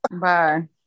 Bye